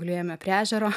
gulėjome prie ežero